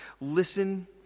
Listen